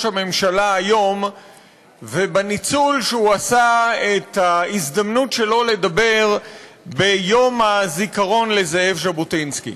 הממשלה היום ובניצול ההזדמנות שלו לדבר ביום הזיכרון לזאב ז'בוטינסקי.